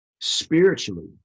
spiritually